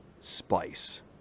spice